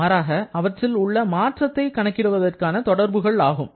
மாறாக இவற்றில் உள்ள மாற்றத்தை கணக்கிடுவதற்கான தொடர்புகள் ஆகும்